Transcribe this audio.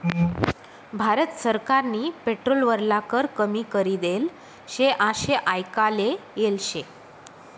भारत सरकारनी पेट्रोल वरला कर कमी करी देल शे आशे आयकाले येल शे